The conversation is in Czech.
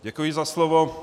Děkuji za slovo.